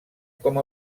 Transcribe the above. com